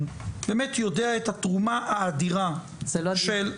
באמת יודע את התרומה האדירה -- זה לא הדיון.